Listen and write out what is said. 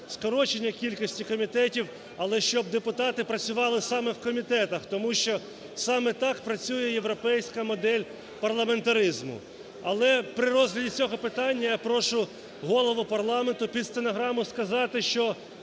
скорочення кількості комітетів, але щоб депутати працювали саме в комітетах. Тому що саме так працює європейська модель парламентаризму. Але при розгляді цього питання, я прошу Голову парламенту під стенограму сказати, що